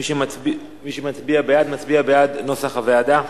מי שמצביע בעד, מצביע בעד נוסח הוועדה.